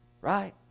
right